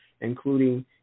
including